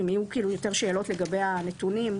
אם יהיו יותר שאלות לגבי הנתונים,